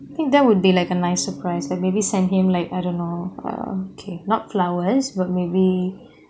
I think that would be like a nice surprise then maybe send him like I don't know uh okay not flowers but maybe